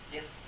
Yes